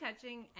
touching